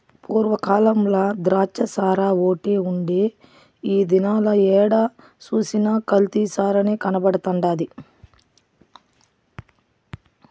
పూర్వ కాలంల ద్రాచ్చసారాఓటే ఉండే ఈ దినాల ఏడ సూసినా కల్తీ సారనే కనబడతండాది